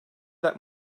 that